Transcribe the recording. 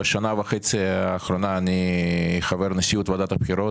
בשנה וחצי האחרונות אני חבר נשיאות ועדת הבחירות